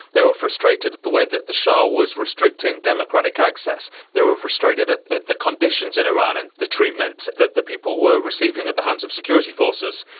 they were frustrated at the way that the shah was restricting democratic access. they were frustrated at at the conditions in iran and the treatment that the people were receiving at the hands of security forces.